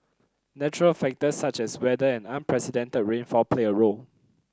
natural factors such as weather and unprecedented rainfall play a role